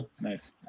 Nice